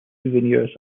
souvenirs